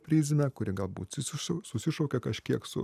prizmę kuri galbūt susišau susišaukia kažkiek su